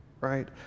right